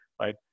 right